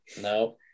No